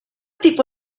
tipo